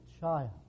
child